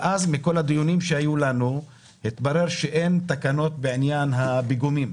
מכל הדיונים שהיו לנו אז התברר שאין תקנות בעניין פיגומים.